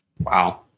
Wow